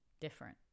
different